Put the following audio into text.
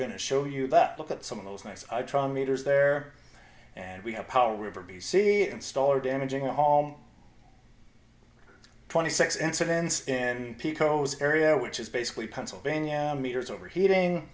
going to show you that look at some of those nice i try meters there and we have power river b c installer damaging our home twenty six incidents and picos area which is basically pennsylvania meters overheating